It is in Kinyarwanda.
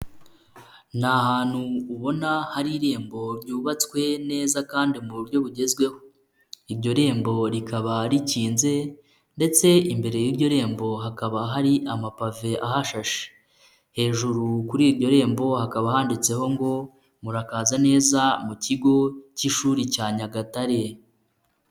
Ni ahantu ubona hari irembo ryubatswe neza kandi mu buryo bugezweho. Iryo rembo rikaba rikinze ndetse imbere y'iryo rembo hakaba hari amapave ahashashe. Hejuru kuri iryo rembo hakaba handitseho ngo, murakaza neza mu kigo cy'ishuri cya Nyagatare.